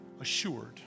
assured